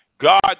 God